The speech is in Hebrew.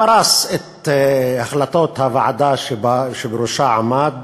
פרס את החלטות הוועדה שבראשה עמד